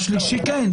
לגבי השלישי, כן.